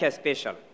special